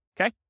okay